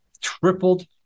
tripled